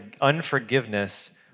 unforgiveness